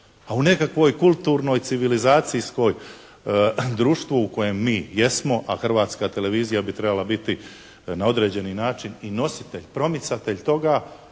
a u nekakvoj kulturnoj civilizacijskoj društvu u kojem mi jesmo, a Hrvatska televizija bi trebala biti na određeni način i nositelj, promicatelj toga